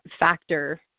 factor